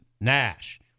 Nash